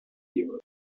europe